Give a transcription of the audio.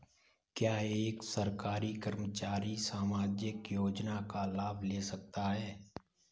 क्या एक सरकारी कर्मचारी सामाजिक योजना का लाभ ले सकता है?